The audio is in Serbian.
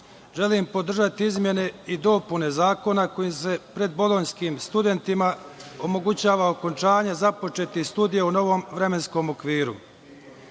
želim podržati izmene i dopune zakona kojim se predbolonjskim studentima omogućava okončanje započetih studija u novom vremenskom